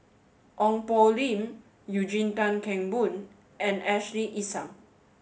Ong Poh Lim Eugene Tan Kheng Boon and Ashley Isham